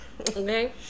Okay